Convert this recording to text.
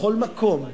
בכל מקום,